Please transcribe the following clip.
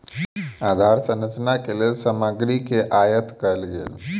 आधार संरचना के लेल सामग्री के आयत कयल गेल